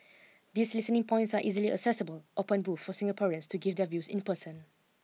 these listening points are easily accessible open booth for Singaporeans to give their views in person